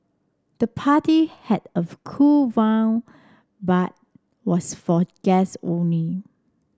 the party had a cool but was for guests only